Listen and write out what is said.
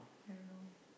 I don't know